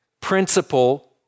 principle